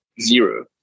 zero